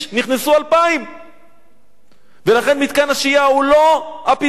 נכנסו 2,000. לכן מתקן השהייה הוא לא הפתרון,